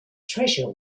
treasure